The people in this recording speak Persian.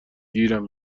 گیرم